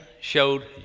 showed